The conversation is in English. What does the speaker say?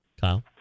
Kyle